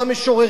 לא המגיהים,